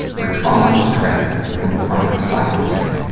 where trauma is trapped from chronic silencing.